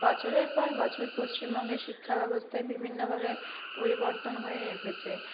বছরের পর বছর পশ্চিমবঙ্গের শিক্ষাব্যবস্থায় বিভিন্নভাবে পরিবর্তন হয়ে এসেছে